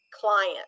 client